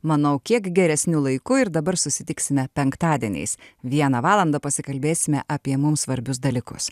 manau kiek geresniu laiku ir dabar susitiksime penktadieniais vieną valandą pasikalbėsime apie mums svarbius dalykus